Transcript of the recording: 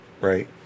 Right